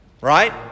right